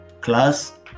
class